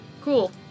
Cool